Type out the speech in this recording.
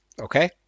Okay